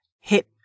hit